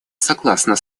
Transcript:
согласна